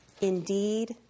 Indeed